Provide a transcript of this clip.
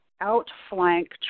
outflank